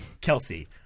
Kelsey